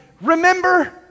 remember